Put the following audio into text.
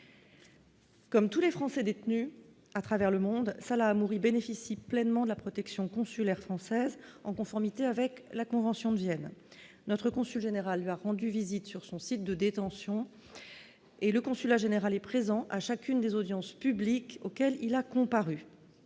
Comme tous les Français détenus à travers le monde Salah Hamouri bénéficie pleinement de la protection consulaire française en conformité avec la Convention de Vienne, notre consul général va rendu visite sur son site de détention et le consulat général est présent à chacune des audiences publiques auxquelles il a comparu,